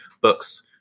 books